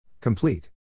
Complete